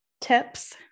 tips